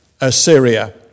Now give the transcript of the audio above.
Assyria